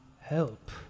help